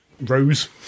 Rose